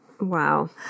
Wow